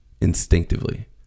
Instinctively